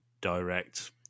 direct